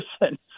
person